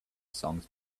songs